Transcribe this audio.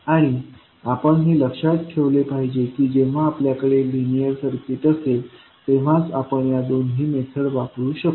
आणि आपण हे लक्षात ठेवले पाहिजे की जेव्हा आपल्याकडे लिनियर सर्किट असेल तेव्हाच आपण या दोन्ही मेथड वापरू शकू